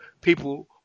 people